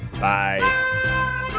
Bye